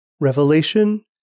Revelation